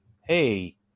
Hey